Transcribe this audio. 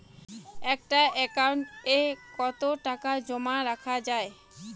একটা একাউন্ট এ কতো টাকা জমা করা যাবে?